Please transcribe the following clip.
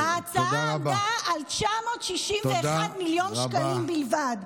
ההצעה עמדה על 961 מיליון שקלים בלבד.